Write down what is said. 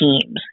teams